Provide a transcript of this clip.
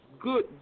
good